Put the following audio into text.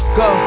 go